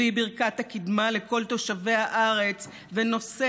מביא ברכת הקדמה לכל תושבי הארץ ונושא